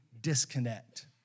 disconnect